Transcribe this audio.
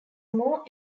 more